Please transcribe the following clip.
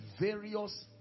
various